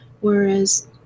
whereas